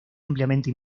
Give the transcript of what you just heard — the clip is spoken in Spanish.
ampliamente